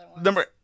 Number